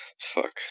Fuck